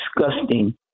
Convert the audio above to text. disgusting